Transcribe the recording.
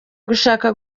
gushaka